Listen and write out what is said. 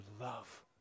love